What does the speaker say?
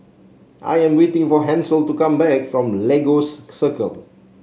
I am waiting for Hansel to come back from Lagos Circle